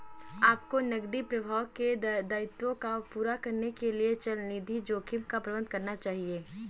आपको नकदी प्रवाह के दायित्वों को पूरा करने के लिए चलनिधि जोखिम का प्रबंधन करना चाहिए